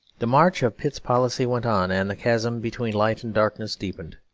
the march of pitt's policy went on and the chasm between light and darkness deepened.